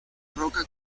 roca